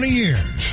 years